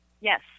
Yes